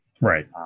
Right